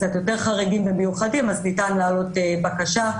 קצת יותר חריגים ומיוחדים אז ניתן להעלות בקשה,